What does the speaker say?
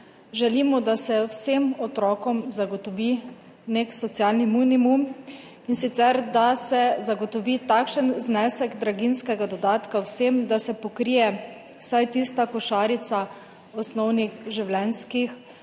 želimo, da se vsem otrokom zagotovi nek socialni minimum, in sicer da se zagotovi takšen znesek draginjskega dodatka vsem, da se pokrije vsaj tista košarica osnovnih življenjskih